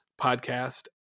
podcast